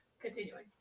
Continuing